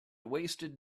wasted